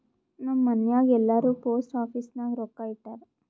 ನಮ್ ಮನ್ಯಾಗ್ ಎಲ್ಲಾರೂ ಪೋಸ್ಟ್ ಆಫೀಸ್ ನಾಗ್ ರೊಕ್ಕಾ ಇಟ್ಟಾರ್